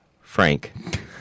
Frank